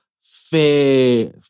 fair